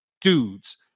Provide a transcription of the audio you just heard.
dudes